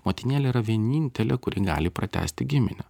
motinėlė yra vienintelė kuri gali pratęsti giminę